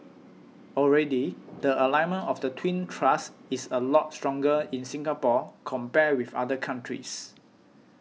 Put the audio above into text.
already the alignment of the twin thrusts is a lot stronger in Singapore compared with other countries